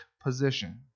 position